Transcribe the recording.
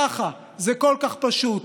ככה, זה כל כך פשוט.